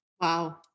Wow